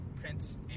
prince